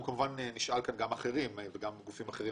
אנחנו כמובן נשאל כאן גם אחרים, גם גופים אחרים.